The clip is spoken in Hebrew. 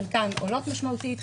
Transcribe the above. חלקן עולות משמעותית,